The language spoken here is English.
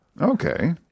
Okay